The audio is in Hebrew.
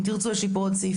אם תרצו יש לי פה עוד סעיפים,